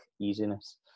easiness